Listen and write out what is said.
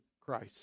Christ